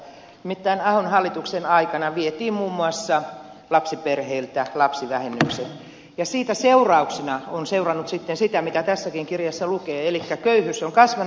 nimittäin ahon hallituksen aikana vietiin muun muassa lapsiperheiltä lapsivähennykset ja siitä on seurannut sitten sitä mitä tässäkin kirjassa lukee elikkä köyhyys on kasvanut maassa